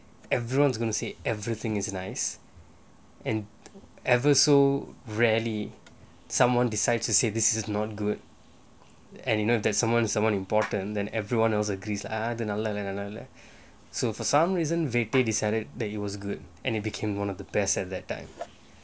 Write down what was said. everyone's gonna say everything is nice and ever so rarely someone decides to say this is not good and you know if that someone someone important than everyone else agrees ah இது நல்லா இல்ல இது நல்லா இல்ல:ithu nalla illa ithu nalla illa for some reason victor decided that it was good and it became one of the best at that time